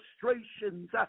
frustrations